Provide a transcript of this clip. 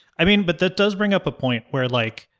i mean, but that does bring up a point where, like,